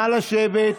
נא לשבת.